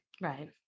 Right